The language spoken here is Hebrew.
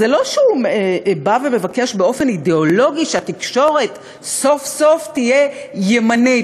זה לא שהוא בא ומבקש באופן אידיאולוגי שהתקשורת סוף-סוף תהיה ימנית.